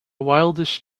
wildest